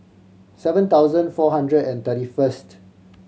seven thousand four hundred and thirty first